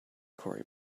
corey